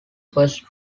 first